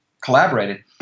collaborated